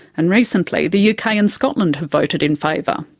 and recently the uk ah and scotland have voted in favour.